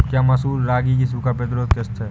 क्या मसूर रागी की सूखा प्रतिरोध किश्त है?